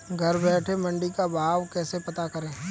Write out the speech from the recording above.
घर बैठे मंडी का भाव कैसे पता करें?